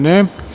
Ne.